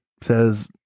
says